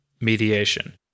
mediation